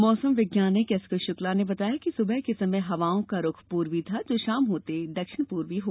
मौसम वैज्ञानिक एके शुक्ला ने बताया कि सुबह के समय हवाओं का रुख पूर्वी था जो शाम होते दक्षिण पूर्वी हो गया